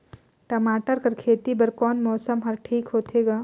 टमाटर कर खेती बर कोन मौसम हर ठीक होथे ग?